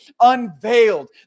unveiled